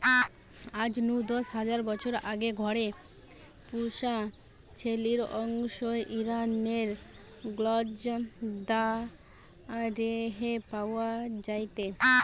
আজ নু দশ হাজার বছর আগে ঘরে পুশা ছেলির অংশ ইরানের গ্নজ দারেহে পাওয়া যায়টে